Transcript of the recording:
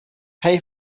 pay